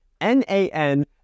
N-A-N